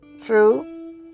true